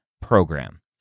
program